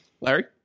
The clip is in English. larry